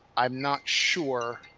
i'm not sure